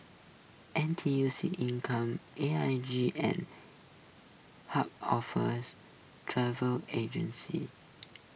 N T U C income A I G and Chubb offers travel agency